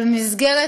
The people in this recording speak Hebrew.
אבל במסגרת